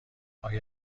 آیا